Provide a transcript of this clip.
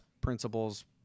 principles